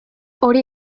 hori